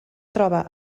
troba